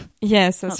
yes